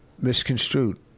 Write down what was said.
Misconstrued